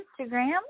Instagram